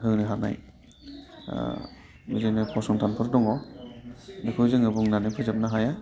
होनो हानाय बिदिनो फसंथानफोर दङ बेखौ जोङो बुंनानै फोजोबनो हाया